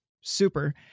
super